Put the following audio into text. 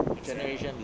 instead of